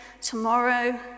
tomorrow